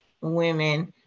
women